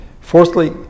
Fourthly